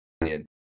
opinion